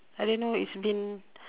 I didn't know its been